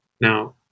Now